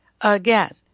again